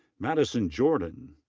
madison jordan.